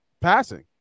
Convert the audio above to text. passing